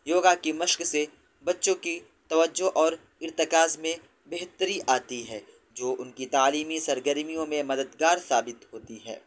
یوگا کی مشق سے بچوں کی توجہ اور ارتکاز میں بہتری آتی ہے جو ان کی تعلیمی سرگرمیوں میں مددگار ثابت ہوتی ہے